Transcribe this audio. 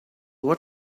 what